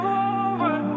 over